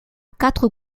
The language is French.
quatre